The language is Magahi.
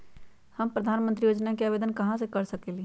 हम प्रधानमंत्री योजना के आवेदन कहा से कर सकेली?